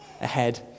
ahead